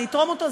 אני אתרום אותו,